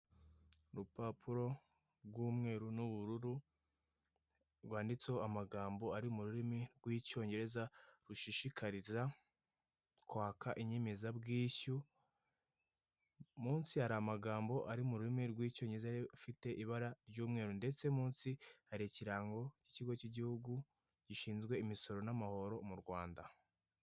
Urupapuro rw'umweru n'ubururu rwanditseho amagambo ari mu rurimi rw'Icyongereza rushishikariza kwaka inyemezabwishyu, munsi hari amagambo ari mu rurimi rw'Icyongereza afite ibara ry'umweru, ndetse munsi hari ikirango cy'ikigo cy'igihugu gishinzwe imisoro n'amahoro mu Rwanda.